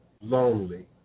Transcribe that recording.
lonely